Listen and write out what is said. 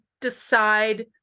decide